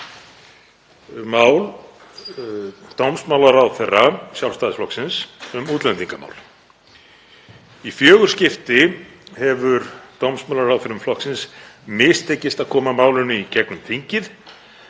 mál dómsmálaráðherra Sjálfstæðisflokksins um útlendingamál. Í fjögur skipti hefur dómsmálaráðherrum flokksins mistekist að koma málinu í gegnum þingið